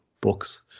books